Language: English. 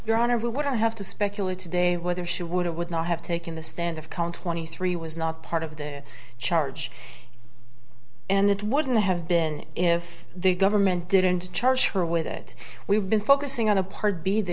your honor what i have to speculate today whether she would have would not have taken the stand of come twenty three was not part of the charge and it wouldn't have been if the government didn't charge her with it we've been focusing on a part be the